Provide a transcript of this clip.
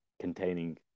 containing